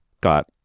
got